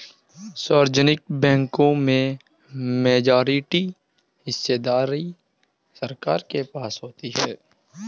सार्वजनिक बैंकों में मेजॉरिटी हिस्सेदारी सरकार के पास होती है